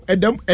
Adam